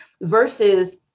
versus